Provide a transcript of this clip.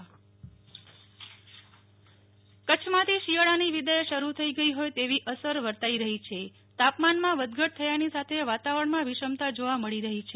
નેહ્લ ઠક્કર હવામાન કચ્છમાંથી શિયાળાની વિદાય શરૂ થઇ ગઈ હોય તેવી અસર વર્તાઈ રહી છે તાપમાનમાં વધ ઘટ થયાની સાથે વાતાવરણમાં વિષમતા જોવા મળી રહી છે